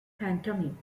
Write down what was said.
pantomime